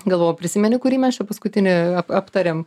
galvojau prisimeni kurį mes čia paskutinį aptarėm